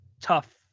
tough